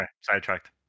sidetracked